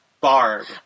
barb